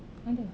ada